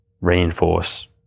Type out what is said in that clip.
reinforce